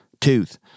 Tooth